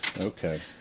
Okay